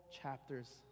chapters